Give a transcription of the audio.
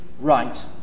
right